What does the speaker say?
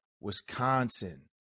Wisconsin